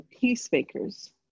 peacemakers